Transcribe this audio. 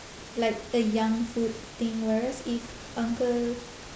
like a young food thing whereas if uncle